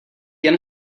jen